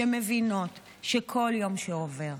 שמבינות שכל יום שעובר,